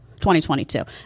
2022